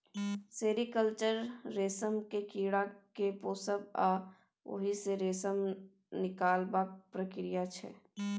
sericulture रेशमक कीड़ा केँ पोसब आ ओहि सँ रेशम निकालबाक प्रक्रिया छै